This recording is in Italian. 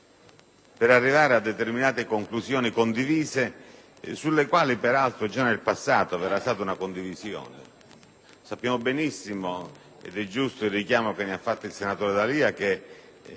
per arrivare a conclusioni condivise, sulle quali peraltro già in passato vi era stata condivisione. Sappiamo benissimo, ed è giusto il richiamo che ha fatto il senatore D'Alia, che